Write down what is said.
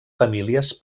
famílies